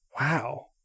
Wow